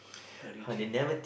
hurry change ah